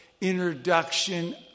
introduction